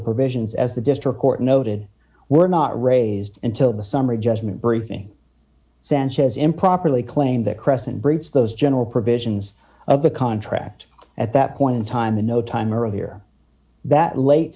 provisions as the district court noted were not raised until the summary judgment briefing sanchez improperly claimed that crescent groups those general provisions of the contract at that point in time the no time earlier that late